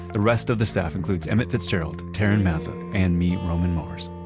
the rest of the staff includes emmett fitzgerald, taryn mazza, and me, roman mars.